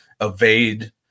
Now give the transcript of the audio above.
evade